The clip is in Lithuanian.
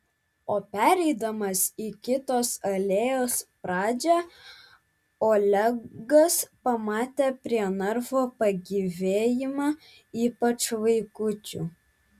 o pereidamas į kitos alėjos pradžią olegas pamatė prie narvo pagyvėjimą ypač vaikučių